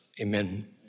Amen